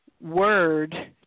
word